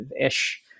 ish